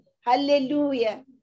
hallelujah